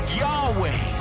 yahweh